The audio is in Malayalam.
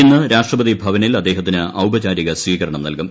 ഇന്ന് രാഷ്ട്രപതി ഭവനിൽ അദ്ദേഹത്തിന് ഔപചാരിക സ്വീകരണം നൽകും